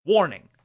Warning